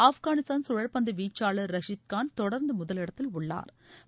ஆப்கானிஸ்தான் சுழற் பந்து வீச்சாளா் ரஷித் கான் தொடர்ந்து முதலிடத்தில் உள்ளாா்